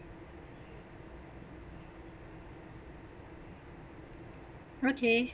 okay